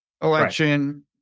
election